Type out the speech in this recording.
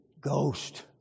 Ghost